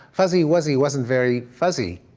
fuzzy wuzzy wasn't very fuzzy,